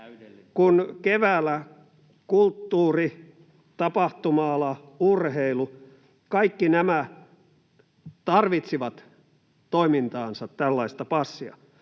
Kun keväällä kulttuuri- ja tapahtuma-ala ja urheilu — kaikki nämä — tarvitsivat toimintaansa tällaista passia,